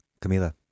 Camila